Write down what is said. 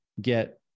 get